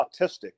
autistic